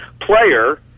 player